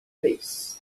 vez